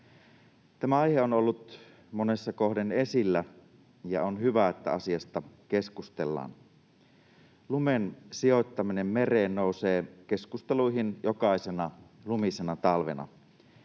Tämä aihe on ollut monessa kohden esillä, ja on hyvä, että asiasta keskustellaan. Lumen sijoittaminen mereen nousee keskusteluihin jokaisena lumisena talvena.